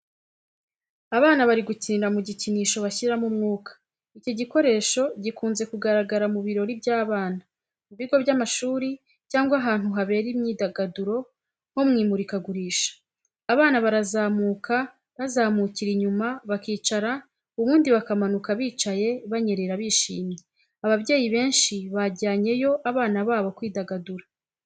Abana bari gukinira mu gikinisho bashyiramo umwuka. Iki gikoresho gikunze kugaragara mu birori by’abana, mu bigo by’amashuri cyangwa ahantu habera imyidagaduro nko mu imurikagurisha. Abana barazamuka bazamukira inyuma bakicara ubundi bakamanuka bicaye banyerera bishimye. Ababyeyi benshi bajyanye yo abana babo kwidagadura.